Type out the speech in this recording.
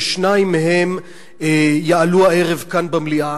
ששניים מהם יעלו הערב כאן במליאה,